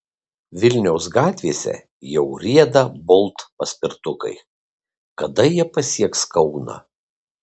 vilniaus gatvėse jau rieda bolt paspirtukai kada jie pasieks kauną